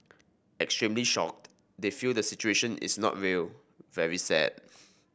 extremely shocked they feel the situation is not real very sad